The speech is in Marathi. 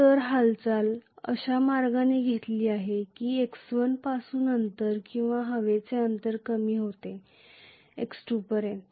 तर हालचाल अशा मार्गाने घेतली आहे की x1 पासून अंतर किंवा हवेचे अंतर कमी होते x2 पर्यंत